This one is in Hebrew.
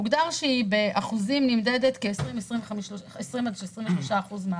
הוגדר שהיא נמדדת באחוזים כ-20%-25% מהתל"ג.